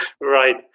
Right